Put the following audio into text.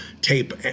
tape